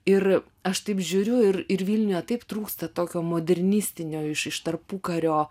ir aš taip žiūriu ir ir vilniuje taip trūksta tokio modernistinio iš iš tarpukario